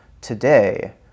today